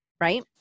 right